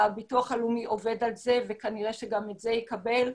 הביטוח הלאומי עובד על זה, וכנראה שגם את זה יקבל.